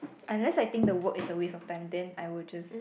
unless I think the work is a waste of time then I will just